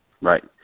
Right